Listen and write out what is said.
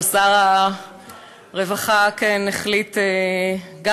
אבל שר הרווחה החליט, רוצים להחזיר.